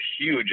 huge